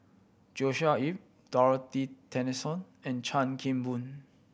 Joshua Ip Dorothy Tessensohn and Chan Kim Boon